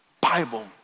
Bible